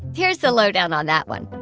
here's the lowdown on that one.